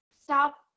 stop